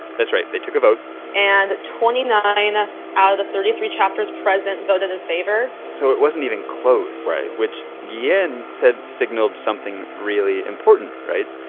that's right. they took a vote and twenty nine ah out of the thirty three chapters present voted in favor so it wasn't even close. right. which yeah guillen said signaled something really important right?